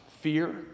fear